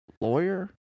lawyer